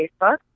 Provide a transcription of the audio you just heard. Facebook